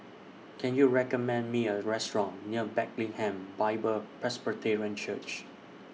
Can YOU recommend Me A Restaurant near Bethlehem Bible Presbyterian Church